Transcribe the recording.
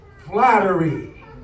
flattery